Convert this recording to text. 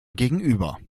gegenüber